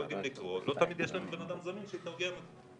הם לא יודעים לקרוא ולא תמיד יש בן אדם זמין שיתרגם את זה.